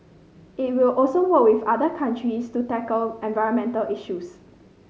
it will also work with other countries to tackle environmental issues